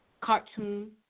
cartoon